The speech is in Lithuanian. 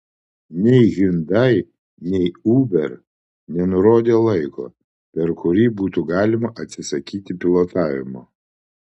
nei hyundai nei uber nenurodė laiko per kurį būtų galima atsisakyti pilotavimo